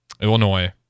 Illinois